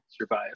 survive